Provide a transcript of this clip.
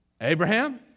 Abraham